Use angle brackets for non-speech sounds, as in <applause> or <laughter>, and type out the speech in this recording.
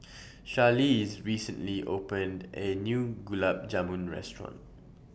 <noise> Charlize recently opened A New Gulab Jamun Restaurant